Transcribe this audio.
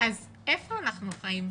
אז איפה אנחנו חיים?